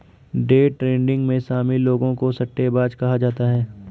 day trading में शामिल लोगों को सट्टेबाज कहा जाता है